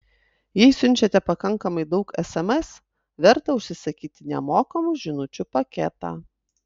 jei siunčiate pakankamai daug sms verta užsisakyti nemokamų žinučių paketą